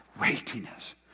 weightiness